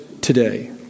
today